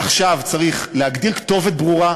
עכשיו צריך להגדיר כתובת ברורה,